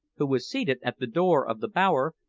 who was seated at the door of the bower,